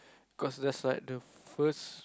cause there's like the first